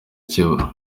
kiba